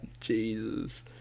Jesus